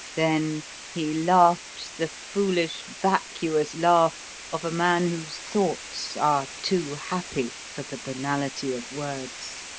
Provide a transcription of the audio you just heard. then he laughed the foolish, vacuous laugh of a man whose thoughts are too happy for the banality of words.